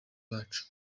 bacu